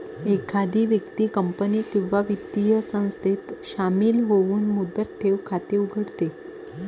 एखादी व्यक्ती कंपनी किंवा वित्तीय संस्थेत शामिल होऊन मुदत ठेव खाते उघडते